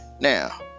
now